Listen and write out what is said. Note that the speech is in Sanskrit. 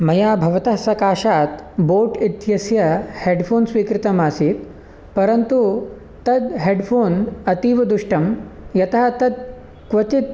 मया भवतः सकाशात् बोट् इत्यस्य हेड् फ़ोन् स्वीकृतम् आसीत् परन्तु तद् हेड् फ़ोन् अतीवदुष्टं यथा तत् क्वचित्